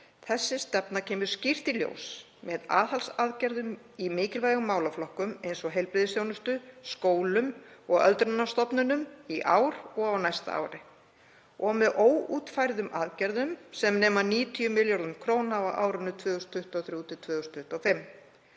Þessi stefna kemur skýrt í ljós með aðhaldsaðgerðum í mikilvægum málaflokkum eins og heilbrigðisþjónustu, skólum og öldrunarstofnunum í ár og á næsta ári, og með óútfærðum aðgerðum sem nema 90 milljörðum kr. á árunum 2023–2025.